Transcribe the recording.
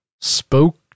spoke